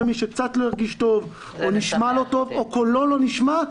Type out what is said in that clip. ומי שקצת לא הרגיש טוב או נשמע לא טוב או קולו לא נשמע,